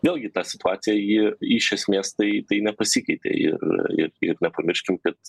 vėlgi ta situacija ji iš esmės tai tai nepasikeitė ir i nepamirškim kad